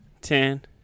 ten